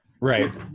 Right